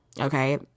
Okay